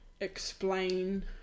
explain